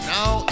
Now